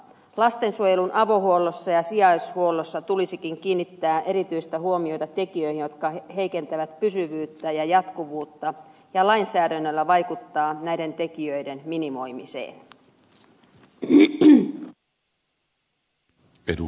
lastensuojelun avohuollossa ja sijaishuollossa tulisikin kiinnittää erityistä huomiota tekijöihin jotka heikentävät pysyvyyttä ja jatkuvuutta ja lainsäädännöllä vaikuttaa näiden tekijöiden minimoimiseen